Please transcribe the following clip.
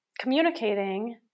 communicating